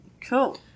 Cool